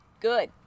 Good